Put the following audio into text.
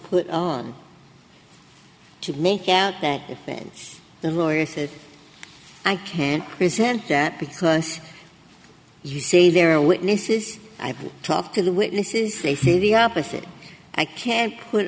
put on to make out that then the lawyer says i can't present that because you say there are witnesses i've talked to the witnesses they feel the opposite i can't put